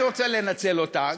אני רוצה לנצל אותה,